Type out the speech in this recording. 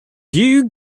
you